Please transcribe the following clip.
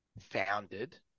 founded